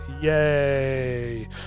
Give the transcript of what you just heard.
yay